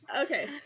Okay